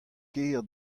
ker